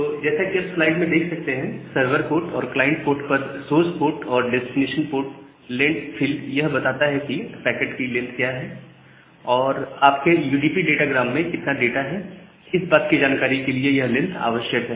तो जैसा कि आप स्लाइड में देख सकते हैं सर्वर पोर्ट और क्लाइंट पोर्ट पर सोर्स पोर्ट और डेस्टिनेशन पोर्ट लेंथ फील्ड यह बताता है कि पैकेट की लेंथ क्या है और आपके यूटीपी डाटा ग्राम में कितना डाटा है इस बात की जानकारी के लिए यह लेंथ आवश्यक है